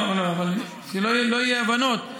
לא, אבל שלא יהיו אי-הבנות.